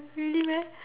really meh